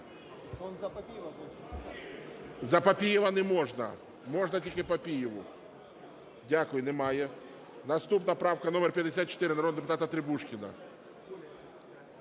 За Папієва не можна, можна тільки Папієву. Дякую, немає. Наступна правка - номер 54, народного депутата Требушкіна.